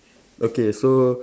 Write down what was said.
okay so